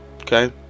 Okay